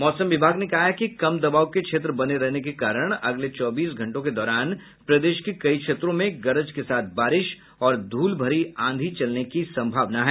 मौसम विभाग ने कहा है कि कम दबाव के क्षेत्र बने रहने के कारण अगले चौबीस घंटों के दौरान प्रदेश के कई क्षेत्रों में गरज के साथ बारिश और धूलभरी आंधी चलने की सम्भावना है